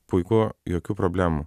puiku jokių problemų